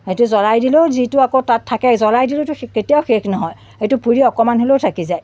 সেইটো জ্বলাই দিলেও যিটো আকৌ তাত থাকেই জ্বলাই দিলেওটো সি কেতিয়াও শেষ নহয় সেইটো পুৰি অকণমান হ'লেও থাকি যায়